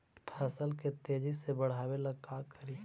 फसल के तेजी से बढ़ाबे ला का करि?